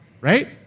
right